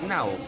Now